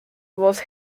was